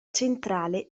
centrale